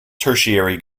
tertiary